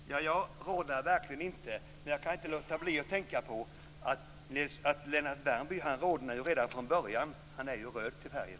Fru talman! Jag rodnar verkligen inte. Men jag kan inte låta bli att tänka på att Lennart Värmby rodnar redan från början. Han är ju röd till färgen.